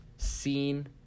seen